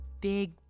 big